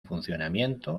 funcionamiento